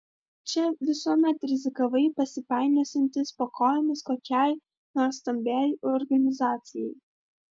čia visuomet rizikavai pasipainiosiantis po kojomis kokiai nors stambiai organizacijai